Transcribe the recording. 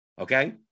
Okay